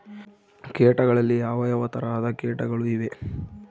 ಕೇಟಗಳಲ್ಲಿ ಯಾವ ಯಾವ ತರಹದ ಕೇಟಗಳು ಇವೆ?